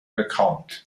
bekannt